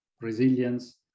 resilience